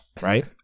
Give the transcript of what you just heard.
right